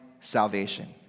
salvation